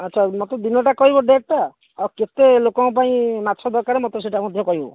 ଆଚ୍ଛା ମୋତେ ଦିନଟା କହିବ ଡେଟ୍ ଟା ଆଉ କେତେ ଲୋକଙ୍କ ପାଇଁ ମାଛ ଦରକାରେ ମୋତେ ସେଇଟା ମଧ୍ୟ କହିବ